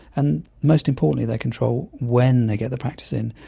and most importantly they control when they get the practice in.